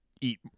eat